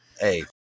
Hey